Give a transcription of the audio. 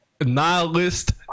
nihilist